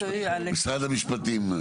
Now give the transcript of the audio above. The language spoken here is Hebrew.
משרד המשפטים.